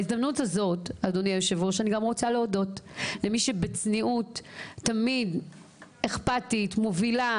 אני רוצה להודות למי שבצניעות תמיד אכפתית ומובילה,